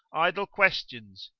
idle questions,